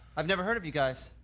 i've never heard of you guys.